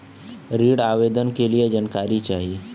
ऋण आवेदन के लिए जानकारी चाही?